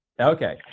Okay